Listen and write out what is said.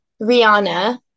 Rihanna